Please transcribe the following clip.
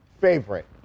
favorite